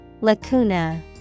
Lacuna